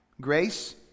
Grace